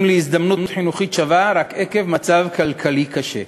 להזדמנות חינוכית שווה רק עקב מצב כלכלי קשה.